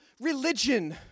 religion